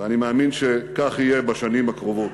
ואני מאמין שכך יהיה בשנים הקרובות.